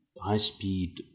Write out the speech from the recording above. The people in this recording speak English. high-speed